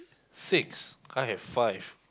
six I have five